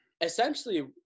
essentially